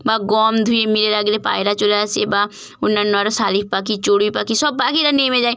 বা গম ধুয়ে মেলে রাখলে পায়রা চলে আসে বা অন্যান্য আরো শালিক পাখি চড়ুই পাখি সব পখিরা নেমে যায়